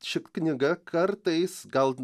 ši knyga kartais gal